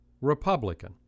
Republican